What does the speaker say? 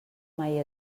mai